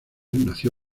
nació